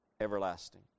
everlasting